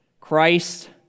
Christ